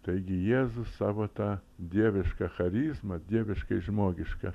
taigi jėzus savo tą dievišką charizmą dieviškai žmogišką